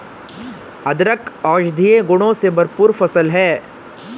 अदरक औषधीय गुणों से भरपूर फसल है